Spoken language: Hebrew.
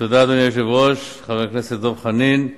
תודה, אדוני היושב-ראש, חבר הכנסת דב חנין.